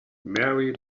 mary